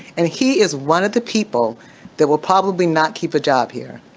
and he is one of the people that will probably not keep a job here.